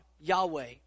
Yahweh